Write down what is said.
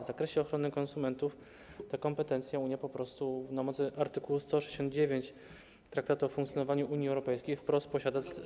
W zakresie ochrony konsumentów te kompetencje Unia po prostu na mocy art. 169 Traktatu o funkcjonowaniu Unii Europejskiej wprost posiada.